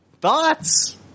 thoughts